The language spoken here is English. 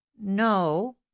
no